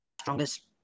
strongest